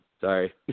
Sorry